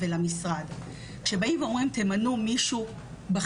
הממשלה כתוב שזה צריך להיות בדרגת מנכ"ל או מישהו בכיר.